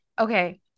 Okay